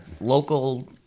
local